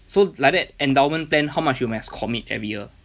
so like that endowment plan how much you must commit every year